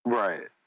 right